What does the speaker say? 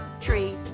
tree